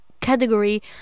category